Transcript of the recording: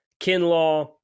Kinlaw